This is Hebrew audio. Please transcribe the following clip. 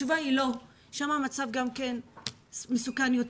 התשובה היא לא, המצב שם מסוכן יותר.